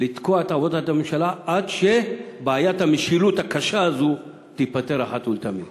לתקוע את עבודת הממשלה עד שבעיית המשילות הקשה הזאת תיפתר אחת ולתמיד.